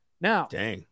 Now